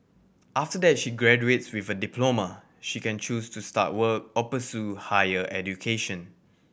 after that she graduates with a diploma she can choose to start work or pursue higher education